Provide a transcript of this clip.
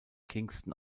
kingston